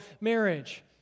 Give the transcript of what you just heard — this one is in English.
marriage